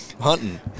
hunting